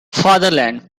fatherland